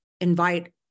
invite